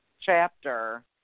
chapter